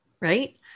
right